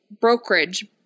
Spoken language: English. brokerage